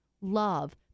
love